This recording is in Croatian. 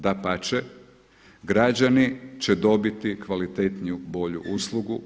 Dapače, građani će dobiti kvalitetniju, bolju uslugu.